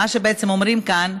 מה שאומרים כאן,